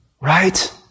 right